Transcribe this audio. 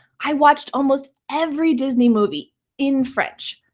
i watched almost every disney movie in french.